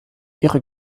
ihre